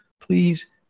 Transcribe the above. please